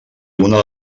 una